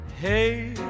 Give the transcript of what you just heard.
Hey